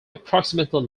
approximately